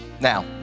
Now